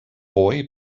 boy